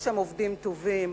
יש שם עובדים טובים,